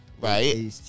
Right